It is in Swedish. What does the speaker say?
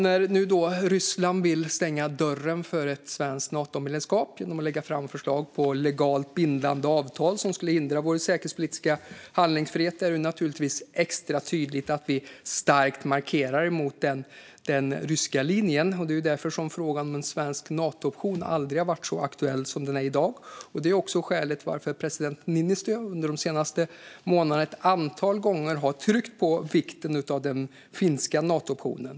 Nu när Ryssland vill stänga dörren för ett svenskt Natomedlemskap genom att lägga fram förslag om legalt bindande avtal som skulle hindra vår säkerhetspolitiska handlingsfrihet är det naturligtvis extra tydligt att vi starkt ska markera mot den ryska linjen. Det är därför frågan om en svensk Nato-option aldrig har varit så aktuell som den är i dag. Detta är också skälet till att president Niinistö ett antal gånger under de senaste månaderna har tryckt på vikten av den finländska Nato-optionen.